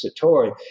satori